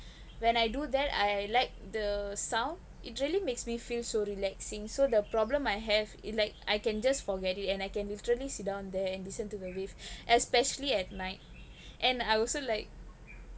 when I do that I liked the sound it really makes me feel so relaxing so the problem I have it like I can just forget it and I can literally sit down there and listen to the reef especially at night and I also like